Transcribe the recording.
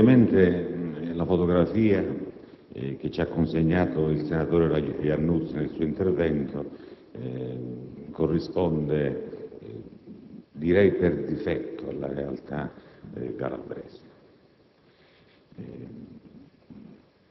indubbiamente la fotografia che ci ha consegnato il senatore Iannuzzi nel suo intervento corrisponde, direi per difetto, alla realtà calabrese.